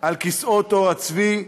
על כיסאות עור הצבי,